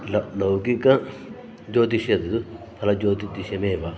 ल लौकिकज्योतिषं तु ज्योतिषमेव